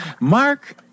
mark